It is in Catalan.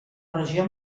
regió